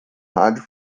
rádio